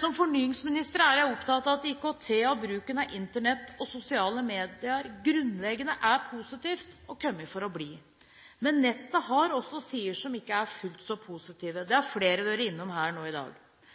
Som fornyingsminister er jeg opptatt av at IKT og bruken av Internett og sosiale medier grunnleggende er positivt, og er kommet for å bli. Men nettet har også sider som ikke er fullt så positive. Det har flere vært innom her i dag.